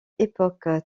époque